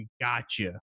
gotcha